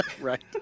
Right